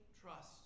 trust